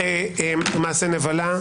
זה מעשה נבלה,